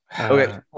okay